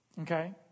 okay